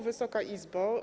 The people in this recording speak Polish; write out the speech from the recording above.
Wysoka Izbo!